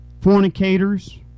fornicators